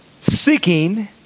seeking